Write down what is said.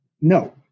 no